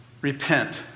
Repent